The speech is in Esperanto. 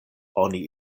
oni